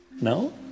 No